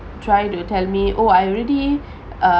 try to tell me oh I already uh